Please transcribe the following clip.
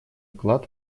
вклад